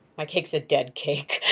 my cake's a dead cake.